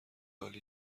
عالی